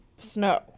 snow